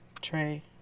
tray